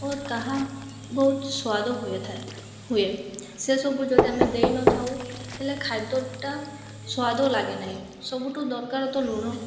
ଓ ତାହା ବହୁତ ସାଦ ହୁଏଥାଏ ହୁଏ ସେସବୁ ଯଦି ଆମେ ଦେଇନଥାଉ ହେଲେ ଖାଦ୍ୟଟା ସ୍ୱାଦ ଲାଗେ ନାହିଁ ସବୁଠୁ ଦରକାର ତ ଲୁଣ